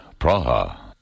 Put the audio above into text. Praha